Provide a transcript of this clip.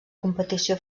competició